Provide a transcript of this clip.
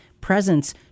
presence